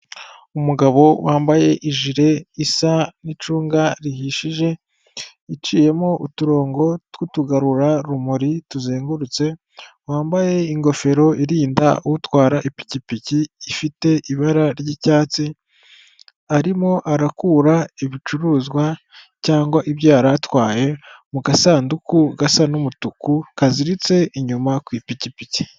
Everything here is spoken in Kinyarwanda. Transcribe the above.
Umugabo wambaye ijire isa n'icunga rihishije, iciyemo uturongo tw'utugarurarumuri tuzengurutse, wambaye ingofero irinda utwara ipikipiki ifite ibara ry'icyatsi, arimo arakura ibicuruzwa cyangwa ibyo yari atwaye mu gasanduku gasa n'umutuku, kaziziritse inyuma ku ipikipiki.